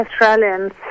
Australians